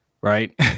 right